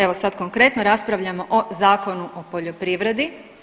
Evo sad konkretno raspravljamo o Zakonu o poljoprivredi.